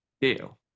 deal